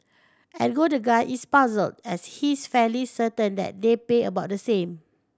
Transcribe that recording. ergo the guy is puzzled as he's fairly certain that they pay about the same